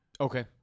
Okay